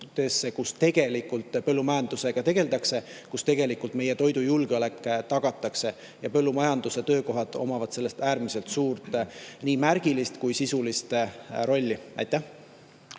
kus tegelikult põllumajandusega tegeldakse, kus tegelikult meie toidujulgeolek tagatakse. Põllumajanduse töökohad mängivad selles äärmiselt suurt nii märgilist kui sisulist rolli. Suur